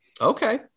Okay